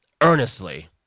earnestly